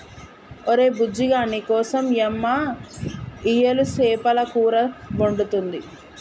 ఒరే బుజ్జిగా నీకోసం యమ్మ ఇయ్యలు సేపల కూర వండుతుంది